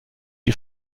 die